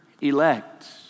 elect